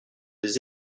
des